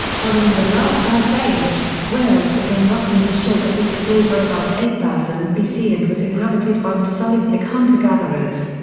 following the last ice age, wales became roughly the shape it is today by about eight thousand bc and was inhabited by mesolithic hunter-gatherers.